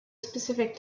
specific